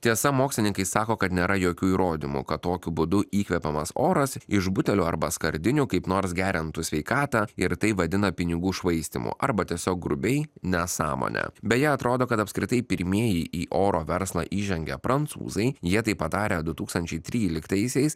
tiesa mokslininkai sako kad nėra jokių įrodymų kad tokiu būdu įkvepiamas oras iš butelio arba skardinių kaip nors gerintų sveikatą ir tai vadina pinigų švaistymu arba tiesiog grubiai nesąmone beje atrodo kad apskritai pirmieji į oro verslą įžengė prancūzai jie tai padarę du tūkstančiai tryliktaisiais